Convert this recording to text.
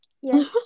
Yes